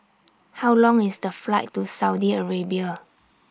How Long IS The Flight to Saudi Arabia